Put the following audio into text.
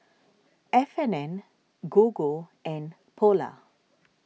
F and N Gogo and Polar